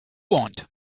want